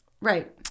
Right